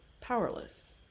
powerless